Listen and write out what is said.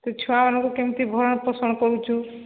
ତ ଛୁଆମାନଙ୍କୁ କେମିତି ଭରଣ ପୋଷଣ କରୁଛୁ